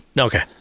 okay